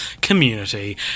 community